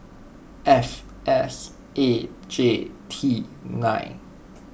F S A J T nine